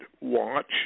watch